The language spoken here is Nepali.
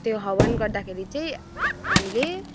त्यो हवन गर्दाखेरि चाहिँ हामीले